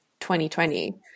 2020